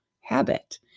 habit